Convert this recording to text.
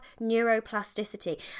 neuroplasticity